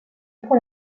pour